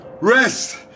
Rest